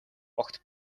огт